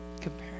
Compare